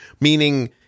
Meaning